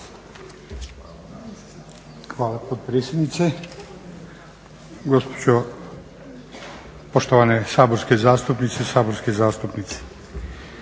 Hvala potpredsjednice. Poštovane saborske zastupnice i saborski zastupnici.